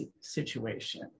situation